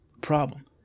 problem